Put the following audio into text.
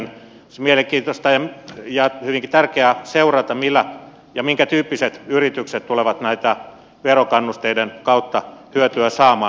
on mielenkiintoista ja hyvinkin tärkeää seurata minkätyyppiset yritykset tulevat näiden verokannusteiden kautta hyötyä saamaan